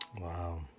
Wow